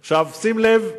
עכשיו, שים לב,